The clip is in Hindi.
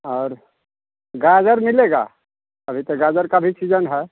और गाजर मिलेगा अभी तो गाजर का भी सीजन है